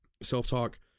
self-talk